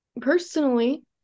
personally